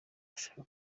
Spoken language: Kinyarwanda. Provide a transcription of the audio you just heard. ashaka